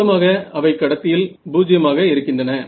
மொத்தமாக அவை கடத்தியில் 0 ஆக இருக்கின்றன